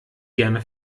gerne